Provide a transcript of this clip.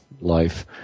life